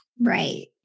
Right